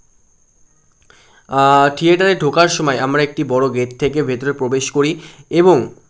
থিয়েটারে ঢোকার সময় আমরা একটি বড়ো গেট থেকে ভেতরে প্রবেশ করি এবং